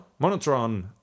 Monotron